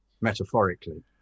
metaphorically